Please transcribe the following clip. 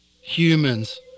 Humans